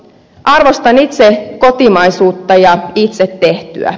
arvostan itse kotimaisuutta ja itse tehtyä